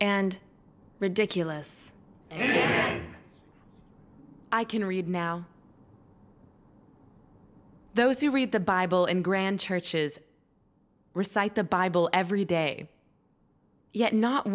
and ridiculous i can read now those who read the bible in grand churches recite the bible every day yet not